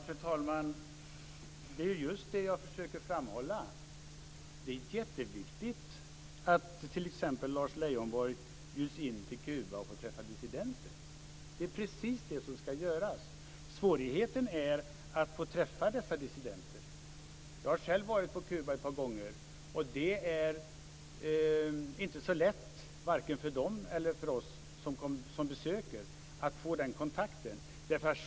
Fru talman! Det är just det jag försöker framhålla; det är jätteviktigt att t.ex. Lars Leijonborg bjuds in till Kuba och får träffa dissidenter. Det är precis det som ska göras. Svårigheten är att få träffa dessa dissidenter. Jag har själv varit på Kuba ett par gånger, och det är inte så lätt, varken för dem eller för oss som besöker Kuba, att få den kontakten.